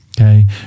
Okay